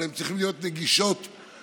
אבל הן צריכות להיות נגישות לכולם.